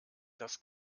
das